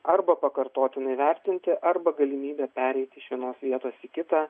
arba pakartotinai vertinti arba galimybę pereiti iš vienos vietos į kitą